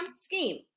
scheme